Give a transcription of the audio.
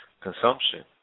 consumption